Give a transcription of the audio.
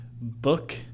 book